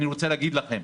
אני רוצה להגיד לכם: